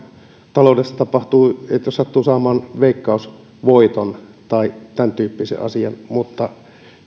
taloudessa tapahtuu jos sattuu saamaan veikkausvoiton tai tämäntyyppisen asian mutta